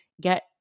get